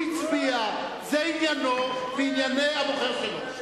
הוא הצביע, זה עניינו וענייני הבוחר שלו.